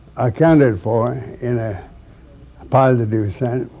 accounted for in a positive sense.